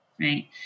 Right